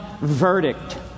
verdict